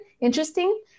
interesting